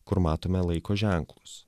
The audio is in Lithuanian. kur matome laiko ženklus